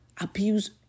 abuse